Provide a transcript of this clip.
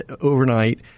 overnight